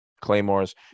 claymores